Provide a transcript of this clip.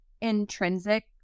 intrinsic